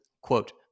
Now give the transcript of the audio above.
quote